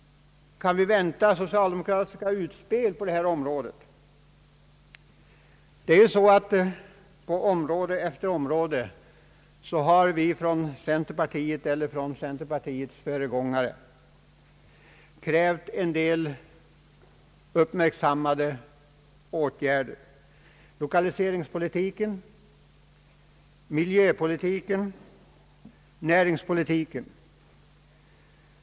Kan vi vänta socialdemokratiska utspel på det här området? På område efter område har vi ifrån centerpartiet eller dess föregångare krävt en del uppmärksammande åtgärder: lokaliseringspolitiken, miljöpolitiken, näringspolitiken.